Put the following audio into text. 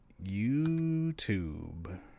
YouTube